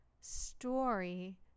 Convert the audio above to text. story